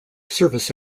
service